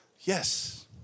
yes